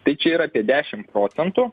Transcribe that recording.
tai čia yra apie dešim procentų